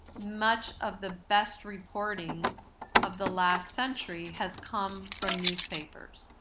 much of the best reporting of the last century has come from newspapers.